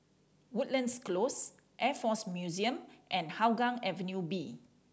Woodlands Close Air Force Museum and Hougang Avenue B